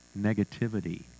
negativity